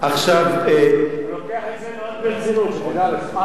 הוא לוקח את זה מאוד ברצינות, שתדע לך.